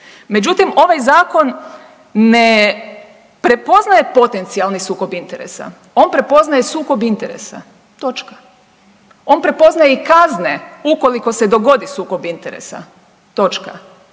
međutim ovaj zakon ne prepoznaje potencijalni sukob interesa, on prepoznaje sukob interesa, točka, on prepoznaje i kazne ukoliko se dogodi sukob interesa, točka,